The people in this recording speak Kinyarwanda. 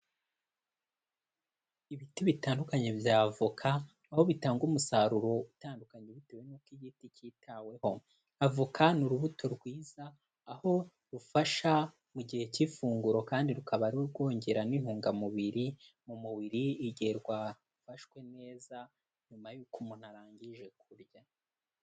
Ibiti bitandukanye bya avoka aho bitanga umusaruro utandukanye bitewe n'uko igiti cyitaweho, avoka ni urubuto rwiza aho rufasha mu gihe cy'ifunguro kandi rukaba rwongera n'intungamubiri mu mubiri igihe rwafashwe neza, nyuma y'uko umuntu arangije kurya.